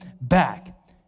back